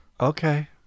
Okay